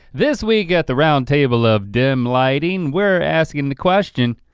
this week at the round table of dim lighting, we're asking the question,